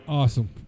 Awesome